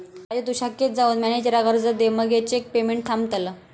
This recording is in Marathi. राजू तु शाखेत जाऊन मॅनेजराक अर्ज दे मगे चेक पेमेंट थांबतला